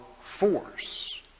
force